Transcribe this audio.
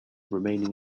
remaining